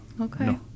Okay